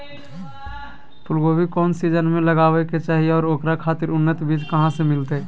फूलगोभी कौन सीजन में लगावे के चाही और ओकरा खातिर उन्नत बिज कहा से मिलते?